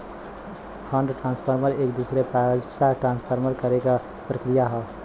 fund transfer एक दूसरे के पइसा ट्रांसफर करे क प्रक्रिया हौ